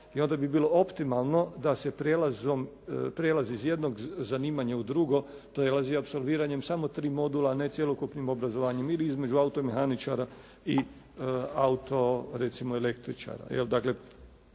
i onda bi bilo optimalno da se prijelaz iz jednog zanimanja u drugo prelazi apsolviranjem samo tri modula a ne cjelokupnim obrazovanjem, ili između automehaničara i recimo autoelektričara.